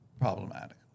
problematic